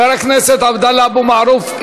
חבר הכנסת עבדאללה אבו מערוף,